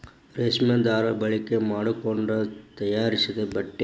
ರೇಶ್ಮಿ ದಾರಾ ಬಳಕೆ ಮಾಡಕೊಂಡ ತಯಾರಿಸಿದ ಬಟ್ಟೆ